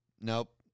Nope